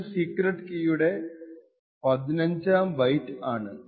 അത് സീക്രെട്ട് കീയുടെ 15 ആം ബൈറ്റ് ആണ്